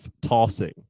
tossing